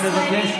אני מבקש.